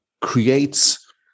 creates